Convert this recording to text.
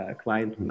client